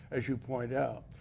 as you point out.